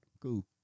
Cool